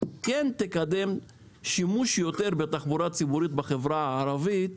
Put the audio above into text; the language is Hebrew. כן תקדם שימוש יותר בתחבורה הציבורית בחברה הערבית,